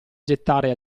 gettare